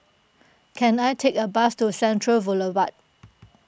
can I take a bus to Central Boulevard